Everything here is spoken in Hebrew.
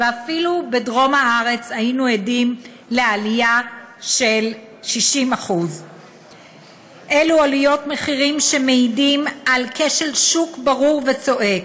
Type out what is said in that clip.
ואפילו בדרום הארץ היינו עדים לעלייה של 60%. אלו עליות מחירים שמעידות על כשל שוק ברור וצועק.